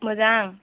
मोजां